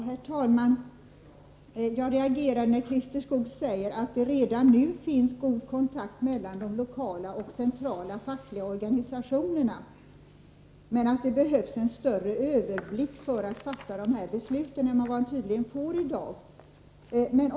Herr talman! Jag reagerade när Christer Skoog sade att det redan nu råder god kontakt mellan de lokala och centrala fackliga organisationerna samt att det behövs en större överblick än vad man tydligen har i dag för att fatta dessa beslut.